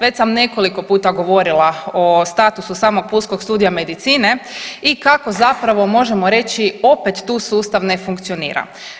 Već sam nekoliko puta govorila o statusu samog Pulskog studija medicine i kako zapravo možemo reći opet tu sustav ne funkcionira.